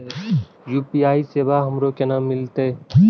UPI सेवा हमरो केना मिलते?